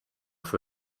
for